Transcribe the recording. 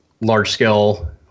large-scale